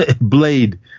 blade